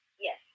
Yes